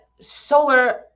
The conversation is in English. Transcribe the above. solar